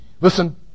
listen